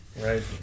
right